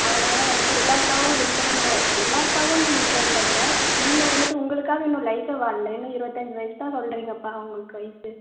அதனால் வந்துட்டு எல்லார்காகவும் இருக்கணுங்கிற எல்லார்காகவும்ன்றதில் விட நீங்கள் வந்துட்டு உங்களுக்காக இன்னும் லைஃபே வாழல இன்னும் இருபத்தஞ்சி வயசு தான் சொல்கிறிங்கப்பா உங்களுக்கு வயசு